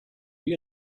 you